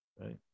right